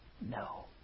No